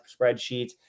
spreadsheets